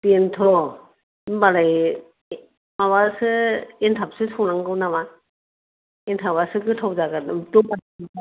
बेनोथ' होनबालाय माबासो एन्थाबसो संनांगौ नामा एन्थाबासो गोथाव जागोन दमासि